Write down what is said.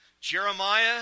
Jeremiah